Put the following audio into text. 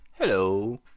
hello